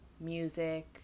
music